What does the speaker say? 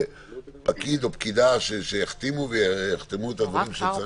אנחנו הודענו כבר לפני שישה שבועות שככל שייקבעו דיונים במשמרת שנייה,